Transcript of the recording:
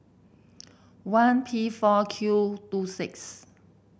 one P four Q two six